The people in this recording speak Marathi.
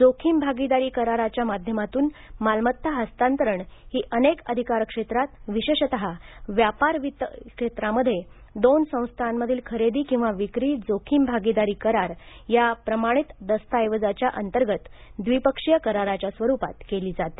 जोखीम भागीदारी कराराच्या माध्यमातून मालमत्ता हस्तांतरण ही अनेक अधिकार क्षेत्रात विशेषत व्यापार वित्त क्षेत्रामध्ये दोन संस्थांमधील खरेदी किंवा विक्री जोखीम भागीदारी करार या प्रमाणित दस्तऐवजाच्या अंतर्गत द्विपक्षीय कराराच्या स्वरूपात केली जाते